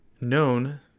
known